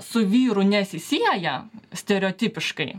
su vyru nesisieja stereotipiškai